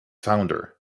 founder